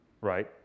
Right